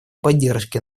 поддержке